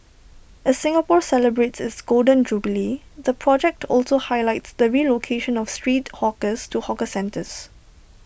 as Singapore celebrates its Golden Jubilee the project also highlights the relocation of street hawkers to hawker centres